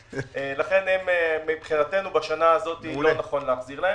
לכן בשנה הזאת לא נכון להחזיר להן.